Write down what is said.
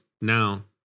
Now